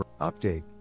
Update